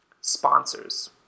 sponsors